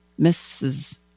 Mrs